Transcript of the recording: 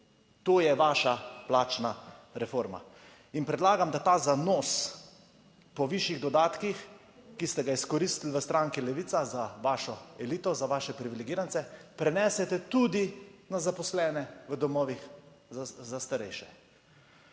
To je vaša plačna reforma. In predlagam, da ta zanos po višjih dodatkih, ki ste ga izkoristili v stranki Levica za vašo elito, za vaše privilegirance, prenesete tudi na zaposlene v domovih za starejše.